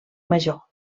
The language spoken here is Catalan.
major